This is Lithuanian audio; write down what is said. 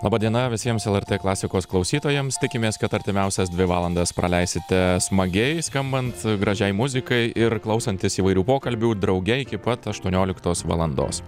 laba diena visiems lrt klasikos klausytojams tikimės kad artimiausias dvi valandas praleisite smagiai skambant gražiai muzikai ir klausantis įvairių pokalbių drauge iki pat aštuonioliktos valandos